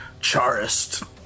Charist